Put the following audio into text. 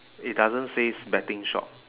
it doesn't says betting shop